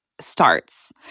Starts